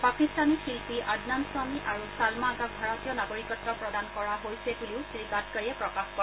পাকিস্তানী শিল্পী অদনান চামী আৰু চালমা আগাক ভাৰতীয় নাগৰিকত্ব প্ৰদান কৰা হৈছে বুলিও শ্ৰীগাডকাৰীয়ে প্ৰকাশ কৰে